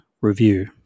review